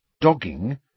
dogging